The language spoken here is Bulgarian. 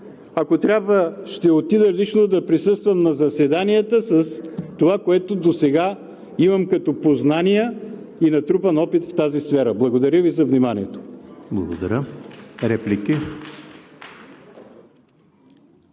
Ако трябва, ще отида лично да присъствам на заседанията с това, което досега имам като познания и натрупан опит в тази сфера. Благодаря Ви за вниманието. (Частични